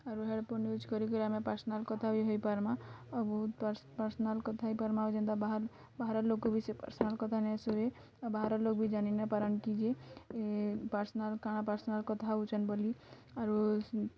ଆରୁ headphone use କରି କିରି ଆମେ ପର୍ସନାଲ୍ କଥା ବି ହେଇଁପାରିମା ଆଉ ବହୁତ୍ ପର୍ସନାଲ୍ କଥା ହୋଇପାର୍ମା ଆଉ ଯେମ୍ତା ବାହାର୍ ବାହାରର ଲୋକ ବି ସେ ପର୍ସନାଲ୍ କଥା ନାଇ ଶୁଭେ ଆଉ ବାହାର ଲୋକ୍ ବି ଜାଣି ନାଇପାରନ୍ କି ଯେ ପର୍ସନାଲ୍ କାଣା ପର୍ସନାଲ୍ କଥା ହଉଛନ୍ତି ବୋଲି ଆରୁ